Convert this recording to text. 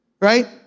right